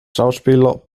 schauspieler